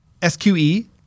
SQE